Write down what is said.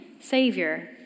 Savior